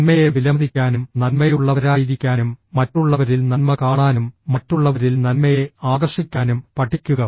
നന്മയെ വിലമതിക്കാനും നന്മയുള്ളവരായിരിക്കാനും മറ്റുള്ളവരിൽ നന്മ കാണാനും മറ്റുള്ളവരിൽ നന്മയെ ആകർഷിക്കാനും പഠിക്കുക